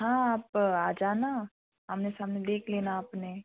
हाँ आप आ जाना आमने सामने देख लेना अपने